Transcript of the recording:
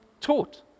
taught